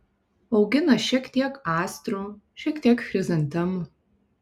augina šiek tiek astrų šiek tiek chrizantemų